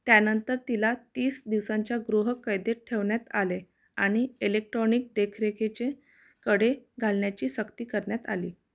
त्यानंतर तिला तीस दिवसांच्या गृहकैदेत ठेवण्यात आले आणि इलेक्ट्रॉनिक देखरेखीचे कडे घालण्याची सक्ती करण्यात आली